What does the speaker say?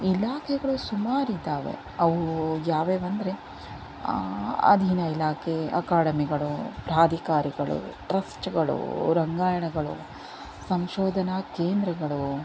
ಇಲಾಖೆಗಳು ಸುಮಾರಿದ್ದಾವೆ ಅವು ಯಾವ್ಯಾವ ಅಂದರೆ ಅಧೀನ ಇಲಾಖೆ ಅಕಾಡೆಮಿಗಳು ಪ್ರಾಧಿಕಾರಗಳು ಟ್ರಸ್ಟ್ಗಳು ರಂಗಾಯಣಗಳು ಸಂಶೋಧನಾ ಕೇಂದ್ರಗಳು